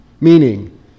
Meaning